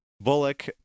Bullock